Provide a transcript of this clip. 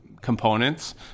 components